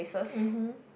mmhmm